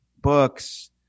books